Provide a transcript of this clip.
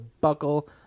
buckle